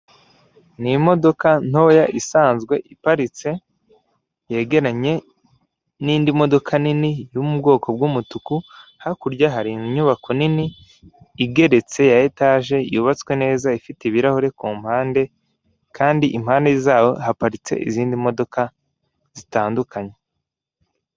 Ni imodoka isanzwe iparitse yegeranye n'indi modoka nini yo mu bwoko bw'umutuku hakurya hari inyubako nini igeretse ya etaje yubatswe neza ifite ibirahure ku mpande kandi impande zaho haparitse izindi modoka zitandukanye.